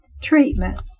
Treatment